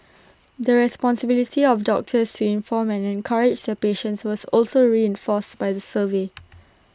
the responsibility of doctors to inform and encourage their patients was also reinforced by the survey